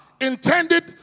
intended